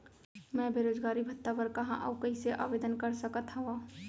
मैं बेरोजगारी भत्ता बर कहाँ अऊ कइसे आवेदन कर सकत हओं?